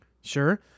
Sure